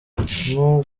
nk’uko